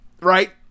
right